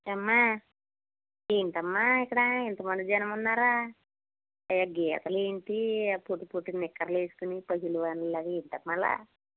ఏమ్మా ఏంటమ్మా ఇక్కడ ఇంతమంది జనం ఉన్నారు ఈ గీతలు ఏంటి పొట్టి పొట్టి నిక్కర్లు వేసుకుని పహిల్వాన్లాగా ఏంటమ్మా అలా